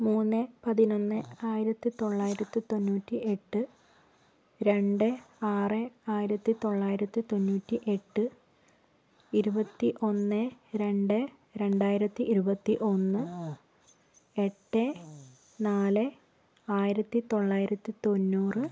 മൂന്ന് പതിനൊന്ന് ആയിരത്തിത്തൊള്ളായിരത്തി തൊണ്ണൂറ്റി എട്ട് രണ്ട് ആറ് ആയിരത്തിത്തൊള്ളായിരത്തി തൊണ്ണൂറ്റി എട്ട് ഇരുപത്തി ഒന്ന് രണ്ട് രണ്ടായിരത്തി ഇരുപത്തി ഒന്ന് എട്ട് നാല് ആയിരത്തിത്തൊള്ളായിരത്തി തൊണ്ണൂറ്